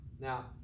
Now